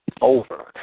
over